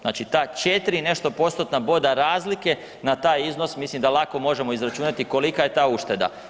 Znači ta 4 i nešto postotna boda razlike, na taj iznos, mislim da lako možemo izračunati kolika je ta ušteda.